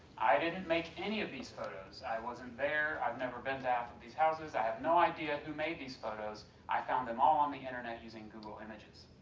i didn't make any of those photos, i wasn't there, i've never been to half of these houses, i have no idea who made these photos i found them all on the internet using google image.